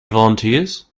volunteers